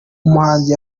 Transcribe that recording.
umuhanuzi